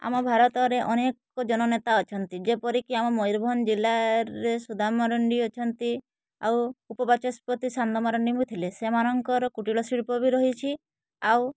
ଆମ ଭାରତରେ ଅନେକ ଜନନେତା ଅଛନ୍ତି ଯେପରିକି ଆମ ମୟୂରଭଞ୍ଜ ଜିଲ୍ଲାରେ ସୁଦାମ ମାରଣ୍ଡି ଅଛନ୍ତି ଆଉ ଉପବାଚସ୍ପତି ସାନ ମାରଣ୍ଡୀ ବି ଥିଲେ ସେମାନଙ୍କର କୁଟୀଳ ଶିଳ୍ପ ବି ରହିଛି ଆଉ